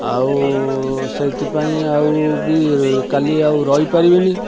ଆଉ ସେଇଥିପାଇଁ ଆଉ ବି କାଲି ଆଉ ରହିପାରିବିନି